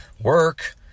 work